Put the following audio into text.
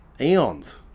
eons